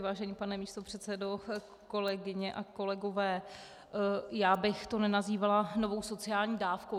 Vážený pane místopředsedo, kolegyně a kolegové, já bych to nenazývala novou sociální dávkou.